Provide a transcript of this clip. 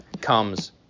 comes